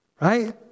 Right